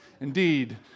Indeed